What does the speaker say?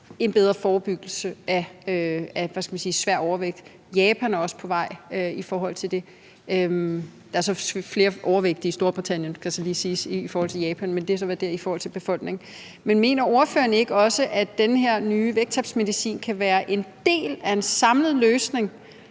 en bedre forebyggelse af svær overvægt. Japan er også på vej med det. Der er flere overvægtige i Storbritannien, skal jeg så lige sige, sammenlignet med Japan i forhold til befolkningstallet. Mener ordføreren ikke også, at den her nye vægttabsmedicin kan være en del af en samlet løsning